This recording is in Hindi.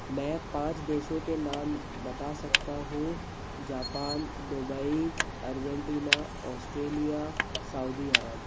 मैं पाँच देशों के नाम बता सकता हूँ Japan Dubai Argentina Australia Saudi अरब